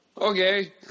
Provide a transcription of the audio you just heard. okay